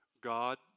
God